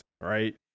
right